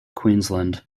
queensland